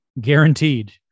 guaranteed